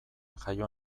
jaio